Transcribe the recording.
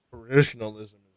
traditionalism